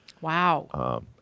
Wow